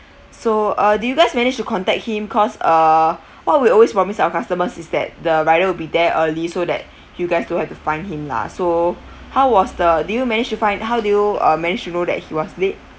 so uh do you guys managed to contact him cause uh what we always promise our customers is that the driver will be there early so that you guys to have to find him lah so how was the did you manage to find how do you uh manage to know that he was late